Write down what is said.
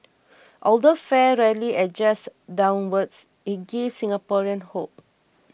although fare rarely adjusts downwards it gives Singaporeans hope